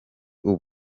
ubu